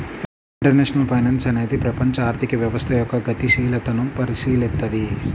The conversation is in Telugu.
ఇంటర్నేషనల్ ఫైనాన్స్ అనేది ప్రపంచ ఆర్థిక వ్యవస్థ యొక్క గతిశీలతను పరిశీలిత్తది